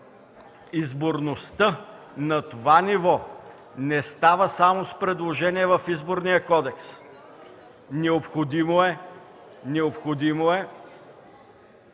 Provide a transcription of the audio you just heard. изборността на това ниво не става само с предложения в Изборния кодекс. Необходимо е съответно